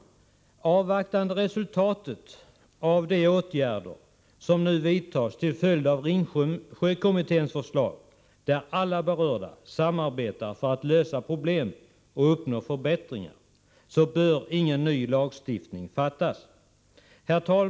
Medan vi avvaktar resultatet av de åtgärder som nu vidtas till följd av Ringsjökommitténs förslag, där alla berörda samarbetar för att lösa problemen och uppnå förbättring, bör ingen ny lagstiftning införas.